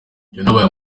yanabaye